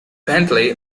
bentley